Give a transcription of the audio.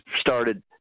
started